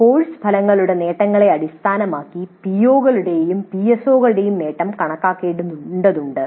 course ഫലങ്ങളുടെ നേട്ടങ്ങളെ അടിസ്ഥാനമാക്കി പിഒകളുടെയും പിഎസ്ഒകളുടെയും നേട്ടം കണക്കാക്കേണ്ടതുണ്ട്